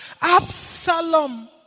Absalom